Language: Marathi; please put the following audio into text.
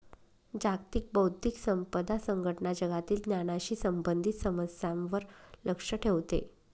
जागतिक बौद्धिक संपदा संघटना जगातील ज्ञानाशी संबंधित समस्यांवर लक्ष ठेवते